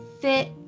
fit